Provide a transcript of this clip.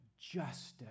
justice